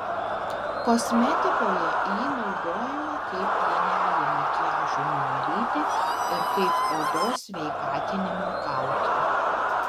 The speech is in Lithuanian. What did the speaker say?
kosmetikoje jį naudojame kaip pienelį makiažui nuvalyti ir kaip odos sveikatinimo kaukę